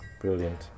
brilliant